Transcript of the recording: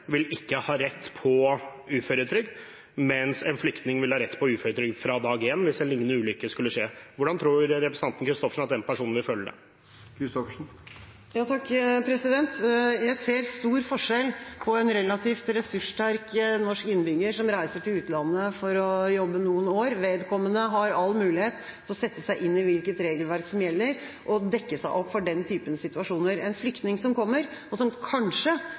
vil ha rett på uføretrygd fra dag én hvis en lignende ulykke skulle skje? Hvordan tror representanten Christoffersen at den personen vil føle det? Jeg ser stor forskjell på en relativt ressurssterk norsk innbygger som reiser til utlandet for å jobbe noen år – vedkommende har all mulighet til å sette seg inn i hvilket regelverk som gjelder, og dekke seg opp for den typen situasjoner – og en flyktning som kommer, som kanskje hadde opparbeidet seg rettigheter i sitt eget hjemland, og som